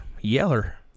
Yeller